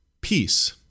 peace